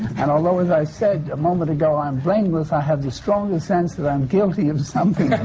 and although as i said a moment ago, i'm blameless, i have the strongest sense that i'm guilty of something,